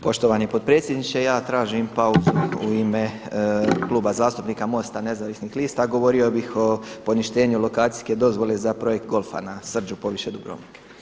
Poštovani potpredsjedniče, ja tražim pauzu u ime Kluba zastupnika MOST-a Nezavisnih lista, a govorio bih o poništenju lokacijske dozvole za projekt golfa na Srđu poviše Dubrovnika.